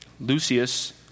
Lucius